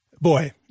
boy